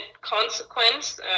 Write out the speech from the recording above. consequence